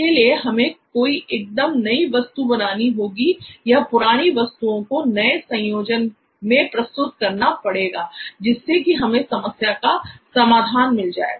इसके लिए हमें कोई एकदम नई वस्तु बनानी होगी या पुरानी वस्तुओं को नए संयोजन में प्रस्तुत करना पड़ेगा जिससे कि हमें समस्या का समाधान मिल जाए